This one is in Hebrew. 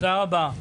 תודה רבה.